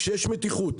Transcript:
כשיש מתיחות.